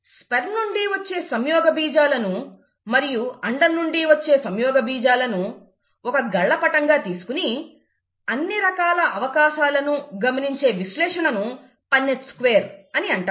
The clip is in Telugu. స్పెర్మ్ నుండి వచ్చే సంయోగబీజాలను మరియు అండం నుండి వచ్చే సంయోగబీజాలను ఒక గళ్ళపటం గా తీసుకుని అన్ని రకాల అవకాశాలను గమనించే విశ్లేషణను పన్నెట్ స్క్వేర్ అని అంటారు